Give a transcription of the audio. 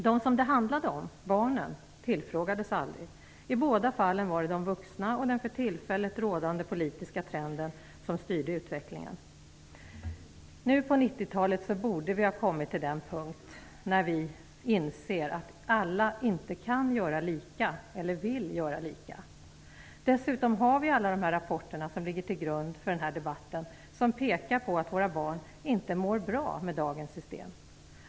De som det handlade om - barnen - tillfrågades aldrig. I båda fallen var det de vuxna och den för tillfället rådande politiska trenden som styrde utvecklingen. Nu på 90-talet borde vi ha kommit till den punkt då vi inser att alla inte kan eller vill göra lika. Dessutom har vi alla de rapporter som ligger till grund för den här debatten och som pekar på att våra barn inte mår bra med dagens system.